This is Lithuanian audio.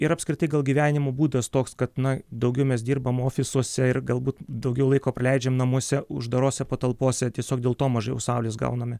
ir apskritai gal gyvenimo būdas toks kad na daugiau mes dirbam ofisuose ir galbūt daugiau laiko praleidžiam namuose uždarose patalpose tiesiog dėl to mažiau saulės gauname